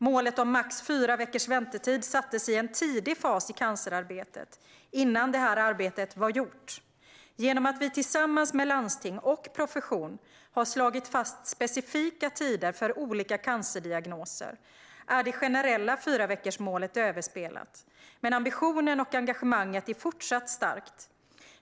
Målet om max fyra veckors väntetid sattes i en tidig fas i cancerarbetet, innan det här arbetet var gjort. Genom att vi tillsammans med landsting och profession har slagit fast specifika tider för olika cancerdiagnoser är det generella fyraveckorsmålet överspelat. Men ambitionen och engagemanget är fortsatt starkt.